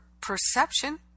perception